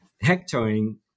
hectoring